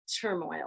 turmoil